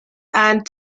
and